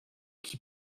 qui